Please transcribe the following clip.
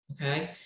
okay